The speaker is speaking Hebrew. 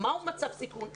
מהו מצב סיכון,